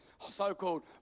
so-called